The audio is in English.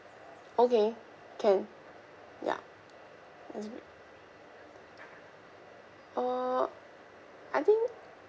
okay can ya uh I think